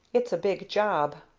it's a big job,